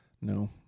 no